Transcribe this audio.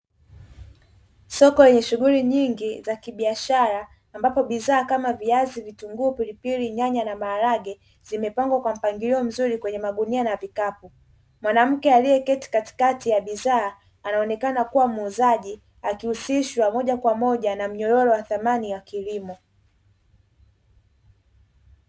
Soko lenye shughuli nyingi za kibiashara ambapo bidhaa kama viazi, vitunguu, pilipili, nyanya na maharage zimepangwa kwa mpangilio mzuri kwenye magunia na vikapu. Mwanamke aliyeketi katikati ya bidhaa anaonekana kuwa muuzaji akihusishwa moja kwa moja na mnyororo wa thamani ya kilimo.